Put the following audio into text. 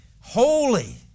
holy